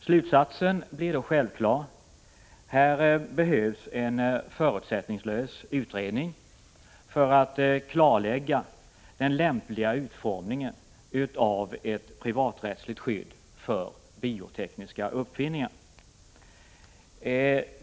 Slutsatsen blir självklar: Här behövs en förutsättningslös utredning för att klarlägga den lämpliga utformningen av ett privaträttsligt skydd för biotekniska uppfinningar.